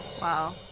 Wow